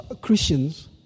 Christians